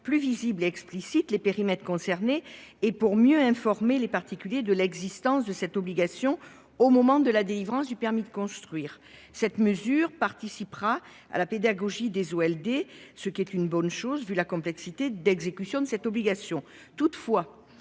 plus visibles les périmètres concernés et pour mieux informer les particuliers de l'existence de cette obligation au moment de la délivrance du permis de construire. Cette mesure participera de la pédagogie sur les OLD, ce qui est une bonne chose vu la complexité d'exécution de cette obligation.